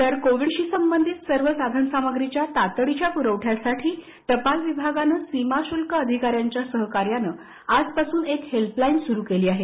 तर कोविडशी संबंधित सर्व साधन सामग्रीच्या तातडीच्या पुरवठ्यासाठी टपाल विभागानं सीमा शुल्क अधिकाऱ्यांच्या सहकार्यानं आजपासून एक हेल्पलाईन सुरू केली आहे